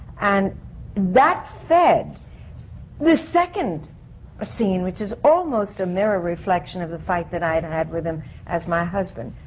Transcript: and that fed the second ah scene, which is almost a mirror reflection of the fight that i had had with him as my husband.